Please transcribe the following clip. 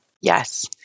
yes